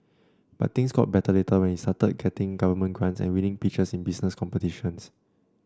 but things got better later when he started getting government grants and winning pitches in business competitions